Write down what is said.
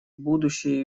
будущий